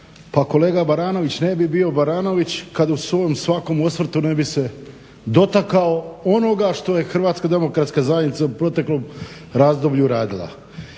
Pa kolega Baranović ne bi bio Baranović kad u svom svakom osvrtu ne bi se dotakao onoga što je HDZ u proteklom razdoblju radila.